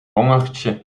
hongertje